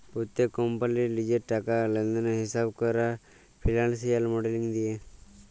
প্যত্তেক কম্পালির লিজের টাকা লেলদেলের হিঁসাব ক্যরা ফিল্যালসিয়াল মডেলিং দিয়ে